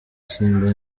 simba